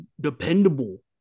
dependable